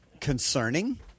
concerning